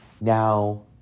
now